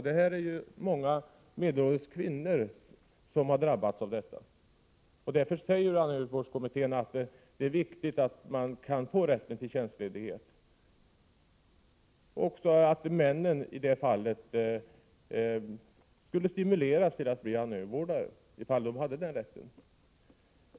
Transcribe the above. Det här har många medelålders kvinnor drabbats av. Därför säger kommittén att det är viktigt att man kan få rätt till tjänstledighet och också att männen skulle stimuleras att bli anhörigvårdare ifall de hade den rätten.